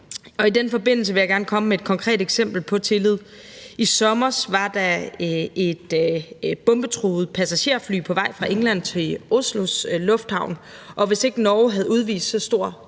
I den forbindelse vil jeg gerne komme med et konkret eksempel på tillid. I sommer var der et bombetruet passagerfly på vej fra England til Oslos lufthavn, og hvis ikke Norge havde udvist så stor